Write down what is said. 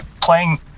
Playing